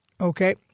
Okay